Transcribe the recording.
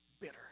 Bitter